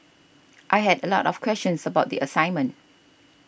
I had a lot of questions about the assignment